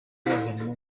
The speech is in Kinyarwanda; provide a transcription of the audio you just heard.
harimo